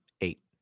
Eight